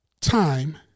time